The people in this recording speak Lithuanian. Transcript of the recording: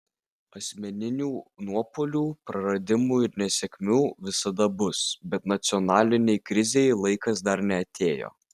asmeninių nuopuolių praradimų ir nesėkmių visada bus bet nacionalinei krizei laikas dar neatėjo